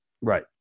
right